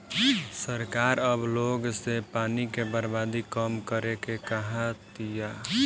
सरकार अब लोग से पानी के बर्बादी कम करे के कहा तिया